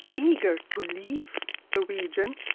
eager to leave the region,